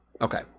Okay